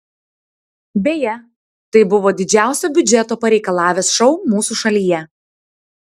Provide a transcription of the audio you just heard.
beje tai buvo didžiausio biudžeto pareikalavęs šou mūsų šalyje